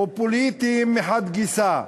או פוליטיים מחד גיסא,